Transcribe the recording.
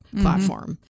platform